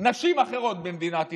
נשים אחרות במדינת ישראל,